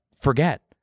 forget